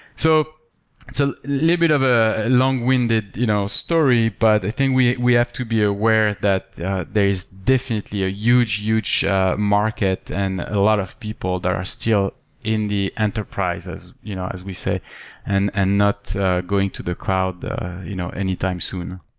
so a so little bit of a long-winded you know story, but i think we we have to be aware that that there's definitely a huge huge market and a lot of people that are still in the enterprises you know as we say and and not going to the cloud you know anytime soon.